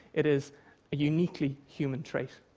it is a uniquely human trait.